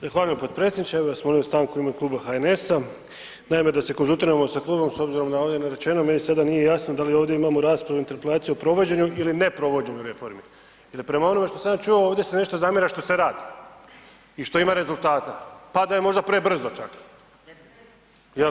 Zahvaljujem potpredsjedniče, ja bih vas molio stanku u ime Kluba HNS-a, naime da se konzultiramo sa klubom s obzirom na ovdje narečeno, meni sada nije jasno da li ovdje imamo raspravu, interpelaciju o provođenju ili ne provođenju reformi jel prema onome što sam ja čuo, ovdje se nešto zamjera što se radi i što ima rezultata, pa da je možda prebrzo čak, jel?